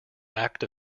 act